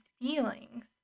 feelings